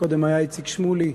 קודם היה איציק שמולי,